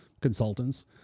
consultants